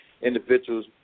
individuals